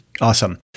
Awesome